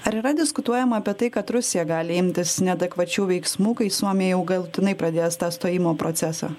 ar yra diskutuojama apie tai kad rusija gali imtis neadekvačių veiksmų kai suomija jau galutinai pradės tą stojimo procesą